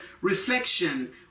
reflection